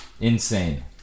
Insane